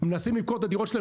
מנסים למכור את הדירות שלהם,